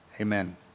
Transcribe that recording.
amen